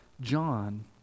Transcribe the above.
John